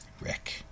Rick